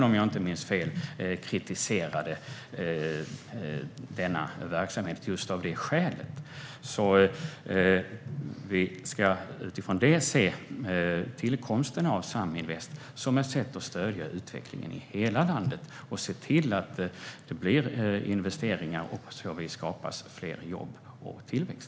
Om jag inte minns fel kritiserade Riksrevisionen denna verksamhet just av det skälet. Utifrån detta ska vi se tillkomsten av Saminvest som ett sätt att stödja utvecklingen i hela landet och som ett sätt att se till att investeringar görs. På så vis skapas fler jobb och tillväxt.